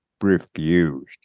refused